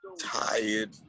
Tired